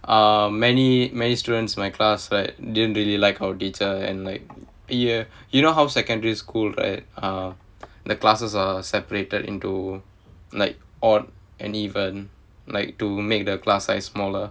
ah many many students in my class like didn't really like our teacher and like ya you know how secondary school right ah the classes are separated into like odd and even like to make the class size smaller